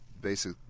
basic